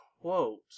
quote